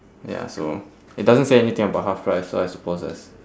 ya so it doesn't say anything about half price so I suppose that's